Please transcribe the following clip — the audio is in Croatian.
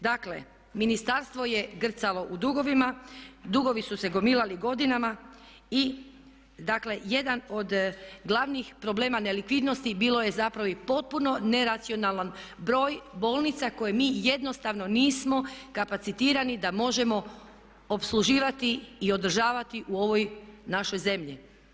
Dakle, ministarstvo je grcalo u dugovima, dugovi su se gomilali godinama i dakle jedan od glavnih problema nelikvidnosti bilo je zapravo i potpuno neracionalan broj bolnica koje mi jednostavno nismo kapacitirani da možemo opsluživati u ovoj našoj zemlji.